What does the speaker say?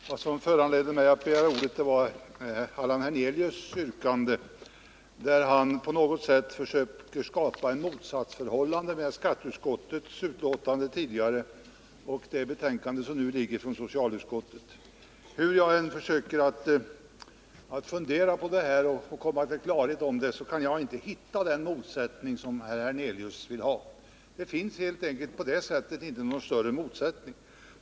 Herr talman! Vad som föranlett mig att begära ordet är herr Hernelius yrkande, där han på något sätt försöker skapa ett motsatsförhållande mellan skatteutskottets betänkande och det betänkande som nu föreligger från socialutskottet. När jag försöker komma till klarhet om detta kan jag inte hitta den motsättning som herr Hernelius vill göra gällande skulle föreligga. Det finns helt enkelt inte någon större motsättning.